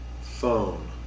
phone